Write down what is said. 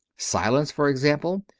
silence, for example,